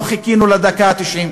לא חיכינו לדקה התשעים.